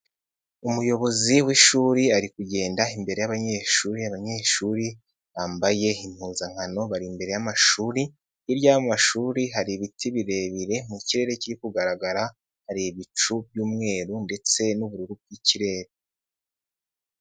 Umuyobozi w'ishuri ari kugenda imbere y'abanyeshuri, abanyeshuri bambaye impuzankano bari imbere y'amashuri, hirya y'amashuri hari ibiti birebire mu kirere kiri kugaragara hari ibicu by'umweru ndetse n'ubururu bw'ikirere.